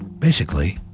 basically,